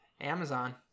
Amazon